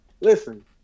Listen